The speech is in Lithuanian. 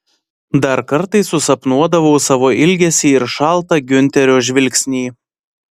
dar kartais susapnuodavau savo ilgesį ir šaltą giunterio žvilgsnį